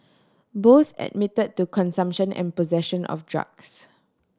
both admitted to consumption and possession of drugs